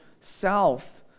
south